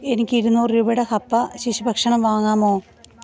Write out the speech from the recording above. എനിക്കിരുന്നൂറ് രൂപയുടെ ഹപ്പ ശിശു ഭക്ഷണം വാങ്ങാമോ